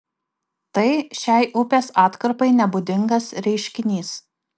tai šiai upės atkarpai nebūdingas reiškinys